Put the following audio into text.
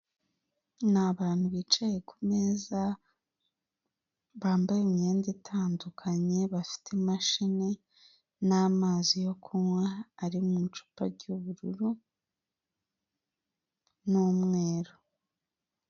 Ni abantu bicaye ku meza bambaye imyenda itandukanye bafite imashini n'amazi yo kunywa ari mu icupa ry'ubururu n'umweru.